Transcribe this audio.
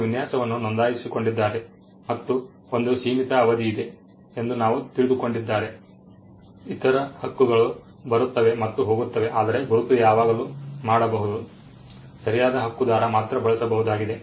ಅವರು ವಿನ್ಯಾಸವನ್ನು ನೋಂದಾಯಿಸಿಕೊಂಡಿದ್ದಾರೆ ಮತ್ತು ಒಂದು ಸೀಮಿತ ಅವಧಿ ಇದೆ ಎಂದು ಅವರು ತಿಳಿದುಕೊಂಡಿದ್ದಾರೆ ಇತರ ಹಕ್ಕುಗಳು ಬರುತ್ತವೆ ಮತ್ತು ಹೋಗುತ್ತವೆ ಆದರೆ ಗುರುತು ಯಾವಾಗಲೂ ಮಾಡಬಹುದು ಸರಿಯಾದ ಹಕ್ಕುದಾರ ಮಾತ್ರ ಬಳಸಬಹುದಾಗಿದೆ